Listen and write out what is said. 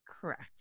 Correct